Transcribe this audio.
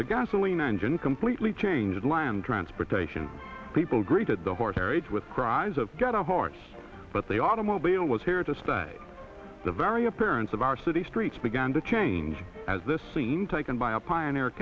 the gasoline engine completely changed land transportation people greeted the horse areas with cries of get a horse but they automobile was here to stay the very appearance of our city streets began to change as this scene taken by a pioneer